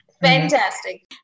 Fantastic